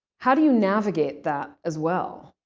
how do you navigate that as well?